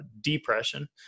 depression